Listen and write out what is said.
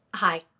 Hi